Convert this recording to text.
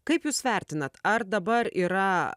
kaip jūs vertinat ar dabar yra